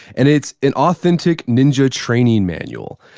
and it's an authentic ninja training manual.